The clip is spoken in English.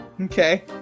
okay